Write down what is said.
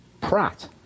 Pratt